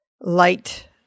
light